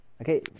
Okay